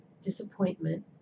disappointment